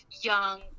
young